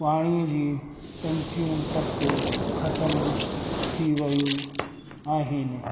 पाणीअ जी टंकियूं तक ख़तम थी वयूं आहिनि